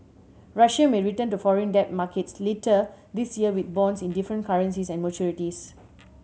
Russia may return to foreign debt markets later this year with bonds in different currencies and maturities